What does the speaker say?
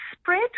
spread